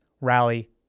rally